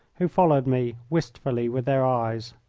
who followed me wistfully with their eyes.